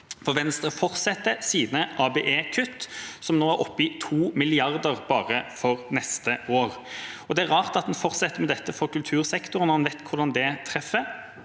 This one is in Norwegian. for Venstre fortsetter sine ABE-kutt, som nå er oppe i 2 mrd. kr bare for neste år. Det er rart at en fortsetter med dette for kultursektoren når man vet hvordan det treffer,